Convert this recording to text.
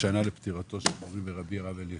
יום השנה לפטירתו של מורי ורבי הרב אלישיב,